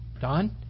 Don